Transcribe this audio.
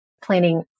planning